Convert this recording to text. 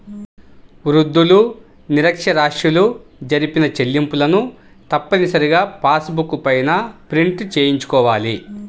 వృద్ధులు, నిరక్ష్యరాస్యులు జరిపిన చెల్లింపులను తప్పనిసరిగా పాస్ బుక్ పైన ప్రింట్ చేయించుకోవాలి